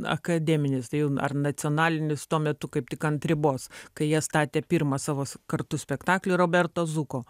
akademinis tai jau ar nacionalinis tuo metu kaip tik ant ribos kai jie statė pirmą savo s kartu spektaklį roberto zuko